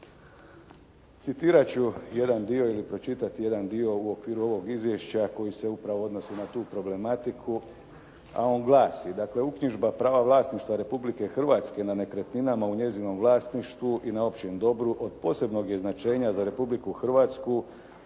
Citirat ću jedan dio ili pročitati jedan dio u okviru ovog izvješća koji se upravo odnosi na tu problematiku, a on glasi: “Dakle, uknjižba prava vlasništva Republike Hrvatske na nekretninama u njezinom vlasništvu i na općem dobru od posebnog je značenja za Republiku Hrvatsku